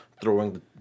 throwing